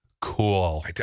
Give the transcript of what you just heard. Cool